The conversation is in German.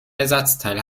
ersatzteil